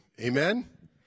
amen